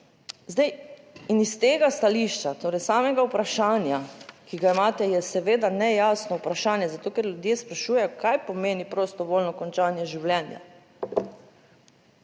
Zdaj, in iz tega stališča, torej samega vprašanja, ki ga imate, je seveda nejasno vprašanje, zato ker ljudje sprašujejo, kaj pomeni prostovoljno končanje življenja.